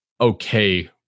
okay